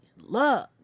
love